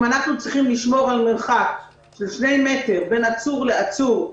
אם אנחנו צריכים לשמור על מרחק של שני מטרים בין עצור לעצור,